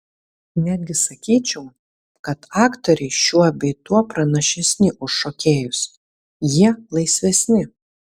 netgi sakyčiau kad aktoriai šiuo bei tuo pranašesni už šokėjus jie laisvesni